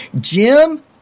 Jim